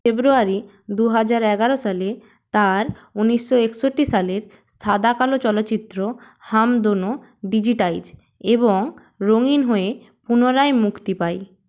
ফেব্রুয়ারি দু হাজার এগারো সালে তাঁর উনিশশো একষট্টি সালের সাদা কালো চলচ্চিত্র হাম দোনো ডিজিটাইজ এবং রঙিন হয়ে পুনরায় মুক্তি পায়